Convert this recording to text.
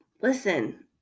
Listen